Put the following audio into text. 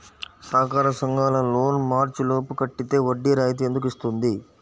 సహకార సంఘాల లోన్ మార్చి లోపు కట్టితే వడ్డీ రాయితీ ఎందుకు ఇస్తుంది?